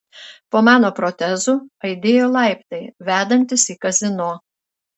po mano protezu aidėjo laiptai vedantys į kazino